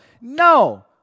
No